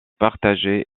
partagée